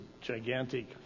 gigantic